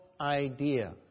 idea